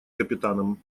капитаном